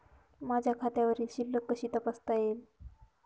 माझ्या खात्यावरील शिल्लक कशी तपासता येईल?